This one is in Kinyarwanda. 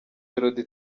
melody